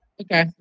Okay